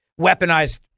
weaponized